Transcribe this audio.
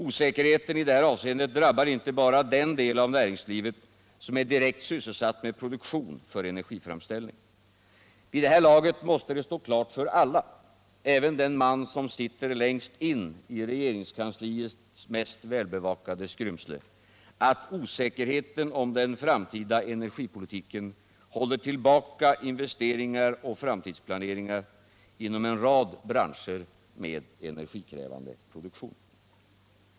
Osäkerheten i detta avseende drabbar inte bara den del av näringslivet som är direkt sysselsatt med produktion för energiframställning. Vid det här laget måste det stå klart för alla, även för den man som sitter längst in i regeringskansliets mest välbevakade skrymsle, att osäkerheten om den framtida energipolitiken håller tillbaka investeringar och framtidsplanering inom en rad branscher med energikrävande produktion.